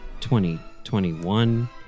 2021